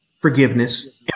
forgiveness